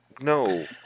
No